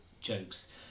jokes